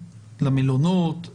למלונות,